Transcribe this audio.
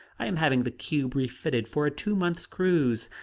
i am having the cube refitted for a two-months' cruise.